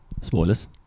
spoilers